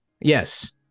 Yes